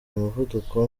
umuvuduko